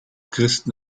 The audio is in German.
christen